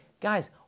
Guys